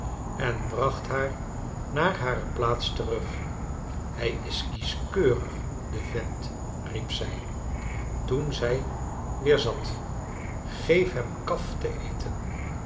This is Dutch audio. en bracht haar naar hare plaats terug hij is kieschkeurig de vent riep zij toen zij weer zat g-eef hem kaf te eten